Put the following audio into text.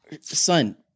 Son